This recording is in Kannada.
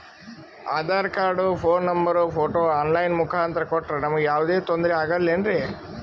Aadhaar card, phone number, photo online ಮುಖಾಂತ್ರ ಕೊಟ್ರ ನಮಗೆ ಯಾವುದೇ ತೊಂದ್ರೆ ಆಗಲೇನ್ರಿ?